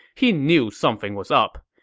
he knew something was up.